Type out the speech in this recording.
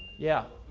yeah.